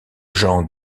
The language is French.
gens